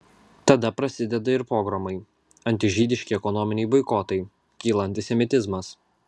tada prasideda ir pogromai antižydiški ekonominiai boikotai kyla antisemitizmas